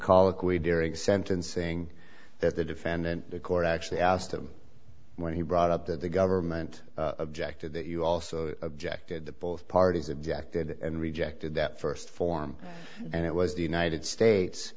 colloquy during sentencing that the defendant the court actually asked him when he brought up that the government objected that you also objected that both parties objected and rejected that first form and it was the united states